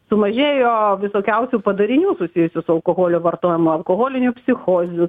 sumažėjo visokiausių padarinių susijusių su alkoholio vartojimu alkoholinių psichozių